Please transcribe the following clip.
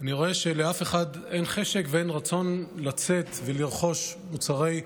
אני רואה שלאף אחד אין חשק ואין רצון לצאת ולרכוש מוצרי,